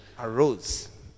arose